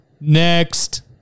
Next